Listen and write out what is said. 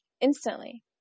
instantly